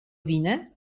winę